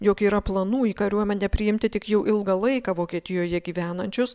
jog yra planų į kariuomenę priimti tik jau ilgą laiką vokietijoje gyvenančius